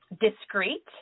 discreet